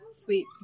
Sweet